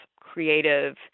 creative